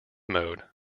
mode